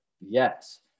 Yes